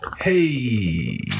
Hey